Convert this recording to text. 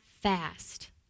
fast